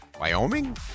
Wyoming